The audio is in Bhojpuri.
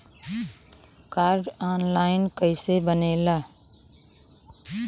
कार्ड ऑन लाइन कइसे बनेला?